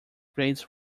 grades